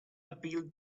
appeal